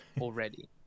already